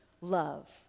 love